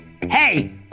Hey